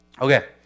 Okay